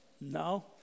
no